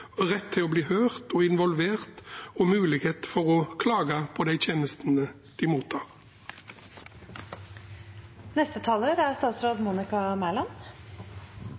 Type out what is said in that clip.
og rett til å bli hørt og involvert og muligheten for å klage på de tjenestene de